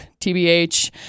TBH